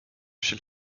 shall